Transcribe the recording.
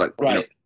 Right